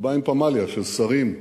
הוא בא עם פמליה של שרים,